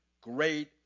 great